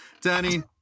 Danny